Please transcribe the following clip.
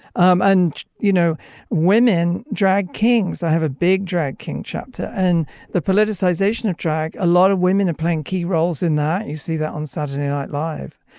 um and you know women drag kings i have a big drag king chapter and the politicization of drag. a lot of women are playing key roles in that. you see that on saturday night live.